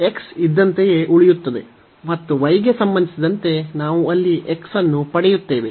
x ಇದ್ದಂತೆಯೇ ಉಳಿಯುತ್ತದೆ ಮತ್ತು y ಗೆ ಸಂಬಂಧಿಸಿದಂತೆ ನಾವು ಅಲ್ಲಿ x ಅನ್ನು ಪಡೆಯುತ್ತೇವೆ